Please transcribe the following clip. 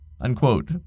unquote